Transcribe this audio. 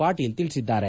ಪಾಟೀಲ್ ತಿಳಿಸಿದ್ದಾರೆ